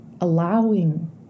allowing